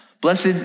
Blessed